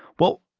well,